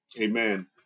Amen